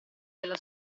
della